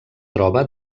troba